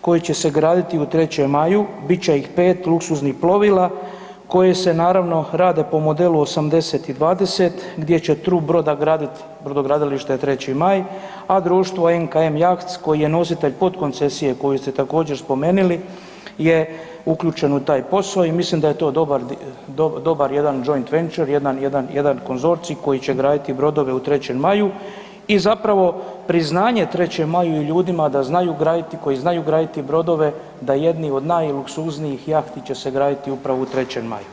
koji će se graditi u Trećem maju, bit će ih 5 luksuznih plovila koji se naravno rade po modelu 80-20, gdje će trup broda gradit brodogradilište Treći maj a društvo MKM Yachts koji je nositelj podkoncecije koju ste također spomenuli je uključen u taj posao i mislim da je to dobar jedan joint venture, jedan konzorcij koji će graditi brodove u Trećem maju i zapravo priznanje Trećem maju i ljudima da znaju graditi, koji znaju graditi brodove da jedni od najluksuznijih jahti će se graditi upravo u Trećem maju.